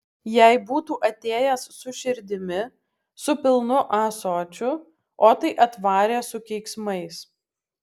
jei būtų atėjęs su širdimi su pilnu ąsočiu o tai atvarė su keiksmais